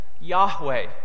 Yahweh